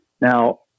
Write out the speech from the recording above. now